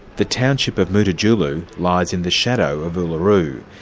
the township of mutitjulu lies in the shadow of uluru.